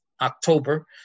October